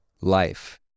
life